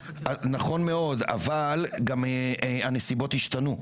נכון מאוד, אבל הנסיבות השתנו.